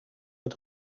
het